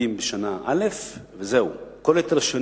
אני מתכבד להעלות את ההצעה הזו לסדר-היום כהצעה רגילה